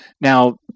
now